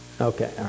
Okay